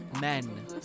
Men